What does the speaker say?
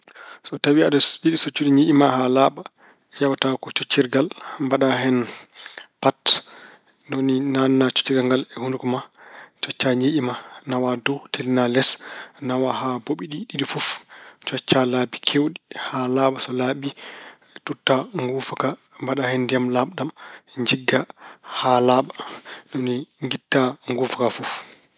So tawi aɗa yiɗi sos- coccude ñiiƴe ma haa laaɓa, ƴeewa ta ko coccirgal. Mbaɗa hen pat, ni woni naatna coccirgal ngal e hunuko ma. Cocca ñiiƴe ma, nawa dow, tellina les, nawa haa boɓi ɗi ɗiɗi fof. Coccaa laaɓi keewɗi haa laaɓa. So laaɓi, tutta nguufa ka. Mbaɗa hen ndiyam laaɓɗam, njigga haa laaɓa. Ni woni ngitta nguufa ka fof.